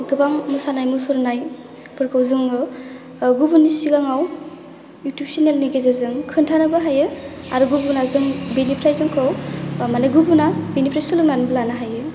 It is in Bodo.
गोबां मोसानाय मुसुरनायफोरखौ जोङो गुबुननि सिगांआव इउथुब सेनेलनि गेजेरजों खोनथानोबो हायो आरो गुबुना बेनिफ्राय जोंखौ माने गुबुना बेनिफ्राय सोलोंनानैबो लानो हायो